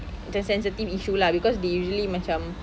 macam sensitive issue lah because they usually macam